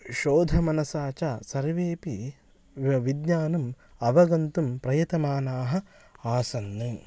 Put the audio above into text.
शोधमनसा च सर्वेपि व्य विज्ञानम् अवगन्तुं प्रयतमानाः आसन्